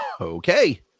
Okay